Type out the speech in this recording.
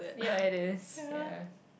yea it is yea